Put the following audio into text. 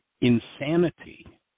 insanity